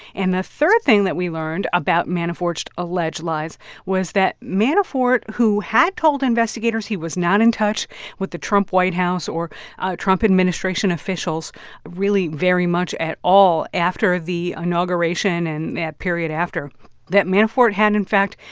and the third thing that we learned about manafort's alleged lies was that manafort, who had told investigators he was not in touch with the trump white house or trump administration officials really very much at all after the inauguration and that period after that manafort had, in fact,